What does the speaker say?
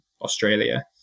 Australia